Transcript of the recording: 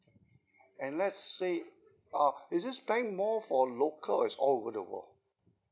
and let's say uh is this bank more for local or it's all over the world